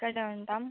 ఇక్కడే ఉంటాం